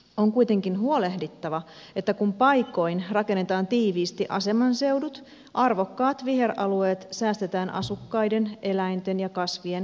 on kuitenkin huolehdittava että kun paikoin rakennetaan tiiviisti asemanseudut arvokkaat viheralueet säästetään asukkaiden eläinten ja kasvien keitaina